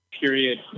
period